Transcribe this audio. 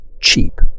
cheap